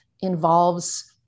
involves